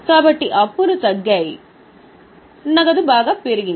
కాబట్టి అప్పులు తగ్గాయి నగదు బాగా పెరిగింది